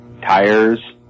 tires